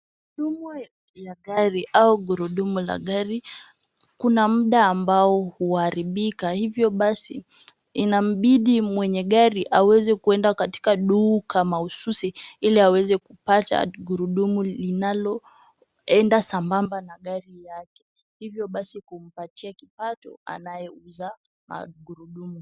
Dumwa ya gari au gurudumu ya gari, kuna muda ambao uharibika. Hivyo basii inabidi mwenye gari aweze kuenda katika duka mahususi ili aweze kupata gurudumu linaloenda sambamba na gari yake. Hivyo basii kumpatia kipato anayeuza magurudumu.